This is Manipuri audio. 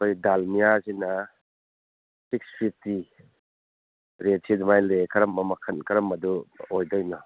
ꯑꯩꯈꯣꯏ ꯗꯥꯜꯃꯤꯌꯥ ꯁꯤꯅ ꯁꯤꯛꯁ ꯐꯤꯐꯇꯤ ꯔꯦꯠꯁꯤ ꯑꯗꯨꯃꯥꯏ ꯂꯩꯌꯦ ꯀꯔꯝꯕ ꯃꯈꯜ ꯀꯔꯝꯕꯗꯨ ꯑꯣꯏꯗꯣꯏꯅꯣ